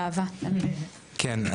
כן.